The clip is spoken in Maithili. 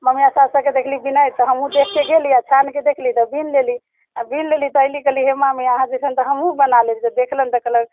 ममिया सास सभके देखली बिनैत तऽ हमहूँ देखि कऽ गेली आर छानि कऽ देखली तऽ बीन लेली आ बीन लेली तऽ अयली कहली हे मामी अहाँ जइसन तऽ हमहूँ बना लेब जे देखलनि तऽ कहलनि